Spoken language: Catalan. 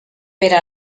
per